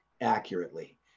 accurately